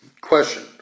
Question